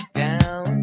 down